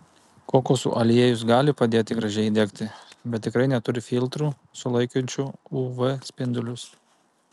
kokosų aliejus gali padėti gražiai įdegti bet tikrai neturi filtrų sulaikančių uv spindulius